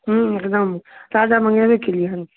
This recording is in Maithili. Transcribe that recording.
हूँ एकदम ताजा मँगेबे केलियै हन